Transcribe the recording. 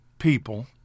People